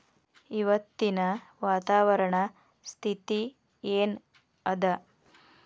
ಇವತ್ತಿನ ವಾತಾವರಣ ಸ್ಥಿತಿ ಏನ್ ಅದ?